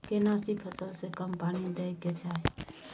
केना सी फसल के कम पानी दैय के चाही?